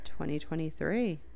2023